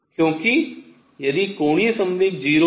क्योंकि यदि कोणीय संवेग 0 है